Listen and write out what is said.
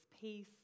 peace